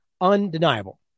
undeniable